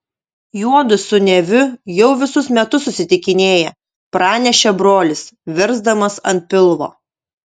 juodu su neviu jau visus metus susitikinėja pranešė brolis virsdamas ant pilvo